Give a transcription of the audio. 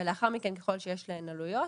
ולאחר מכן ככל שיש להן עלויות,